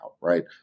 right